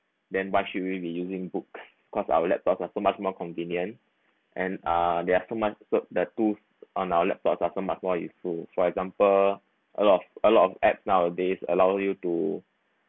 then why should we be using book cause our laptops are so much more convenient and uh they're so much so the tool on our laptops are so much more useful for example a lot a lot of app nowadays allow you to